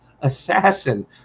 assassin